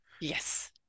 yes